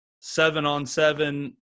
seven-on-seven